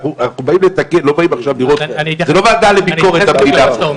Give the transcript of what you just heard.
אנחנו באים לתקן, זה לא ועדה לביקורת המדינה.